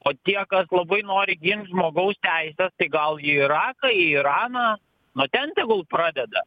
o tie kas labai nori gint žmogaus teises tai gal į iraką į iraną nuo ten tegul pradeda